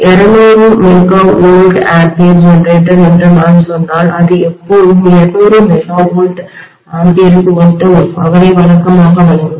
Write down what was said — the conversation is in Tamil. இது 200 MVA ஜெனரேட்டர் என்று நான் சொன்னால் அது எப்போதும் 200 MVA க்கு ஒத்த ஒரு பவரை வழக்கமாக வழங்கும்